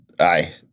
Aye